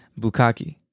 Bukaki